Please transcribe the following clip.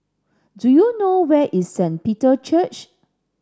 do you know where is Saint Peter Church